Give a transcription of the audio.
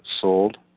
sold